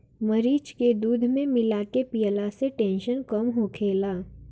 मरीच के दूध में मिला के पियला से टेंसन कम होखेला